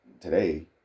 today